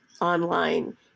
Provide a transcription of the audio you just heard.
online